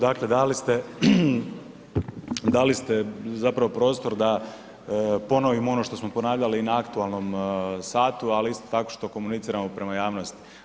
Dakle dali ste zapravo prostor da ponovim ono što smo ponavljali i na aktualnom satu ali isto tako što komuniciramo prema javnosti.